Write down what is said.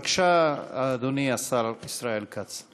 בבקשה, אדוני השר ישראל כץ.